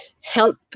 help